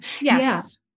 Yes